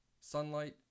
sunlight